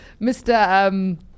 Mr